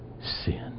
sin